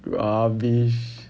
rubbish